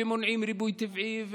מונעים ריבוי טבעי.